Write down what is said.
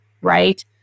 right